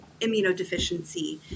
immunodeficiency